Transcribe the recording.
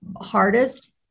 hardest